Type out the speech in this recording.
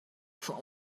for